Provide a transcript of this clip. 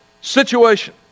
Situation